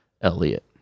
Elliot